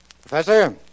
Professor